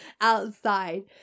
outside